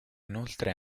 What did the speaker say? inoltre